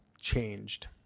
changed